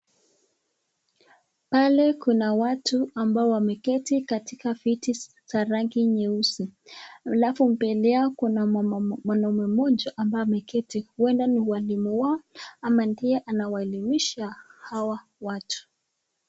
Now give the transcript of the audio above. Pale kuna watu ambao wameketi katika viti za rangi nyeusi alafu mbele yao kuna mwanaume mmoja ambaye ameketi. Huenda ni mwalimu wao ama ndiye anawaelimisha hawa watu.